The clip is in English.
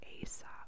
Aesop